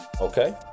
Okay